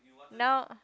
now